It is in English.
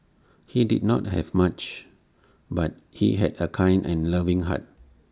he did not have much but he had A kind and loving heart